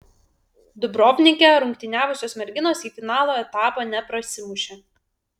dubrovnike rungtyniavusios merginos į finalo etapą neprasimušė